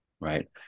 right